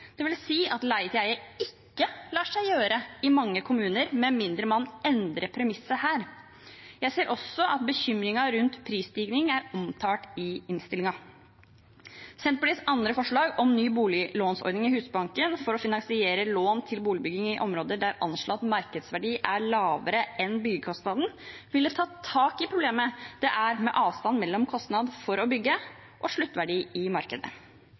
at leie-til-eie ikke lar seg gjøre i mange kommuner med mindre man endrer premisset her. Jeg ser også at bekymringen rundt prisstigning er omtalt i innstillingen. Senterpartiets andre forslag om en ny boliglånsordning i Husbanken for å finansiere lån til boligbygging i områder der anslått markedsverdi er lavere enn byggekostnaden, ville tatt tak i problemet med avstand mellom kostnad for å bygge og sluttverdi i markedet.